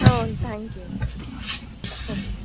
ಹಾಂ thank you okay